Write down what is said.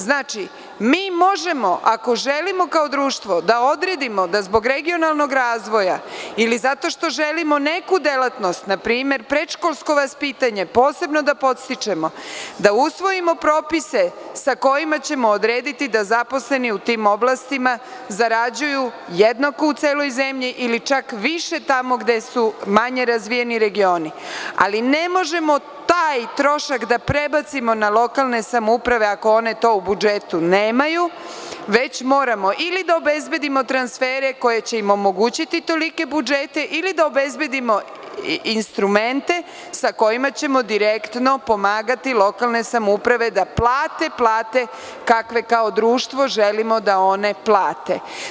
Znači, mi možemo, ako želimo kao društvo, da odredimo da zbog regionalnog razvoja ili zato što želimo neku delatnost, na primer predškolsko vaspitanje, posebno da podstičemo, da usvojimo propise sa kojima ćemo odrediti da zaposleni u tim oblastima zarađuju jednako u celoj zemlji ili čak više tamo gde su manje razvijeni regioni, ali ne možemo taj trošak da prebacimo na lokalne samouprave ako to one u budžetu nemaju, već moramo ili da obezbedimo transfere koje će im omogućiti tolike budžeti ili da obezbedimo instrumente sa kojima ćemo direktno pomagati lokalne samouprave da plate plate kakve kao društvo želimo da one plate.